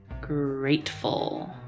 grateful